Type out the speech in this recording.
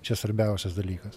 čia svarbiausias dalykas